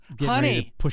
honey